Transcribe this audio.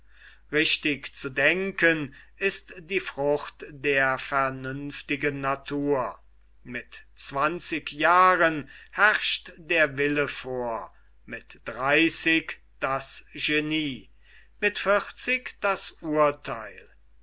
richtig zu denken ist die frucht der vernünftigen natur mit zwanzig jahren herrscht der wille vor mit dreißig das genie mit vierzig das urtheil